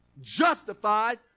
justified